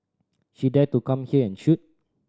she dare to come here and shoot